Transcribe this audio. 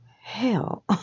hell